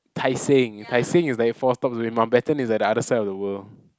Tai-Seng Tai-Seng is like four stops only Mountbatten is like the other side of the world